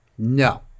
No